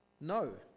No